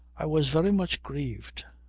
i was very much grieved.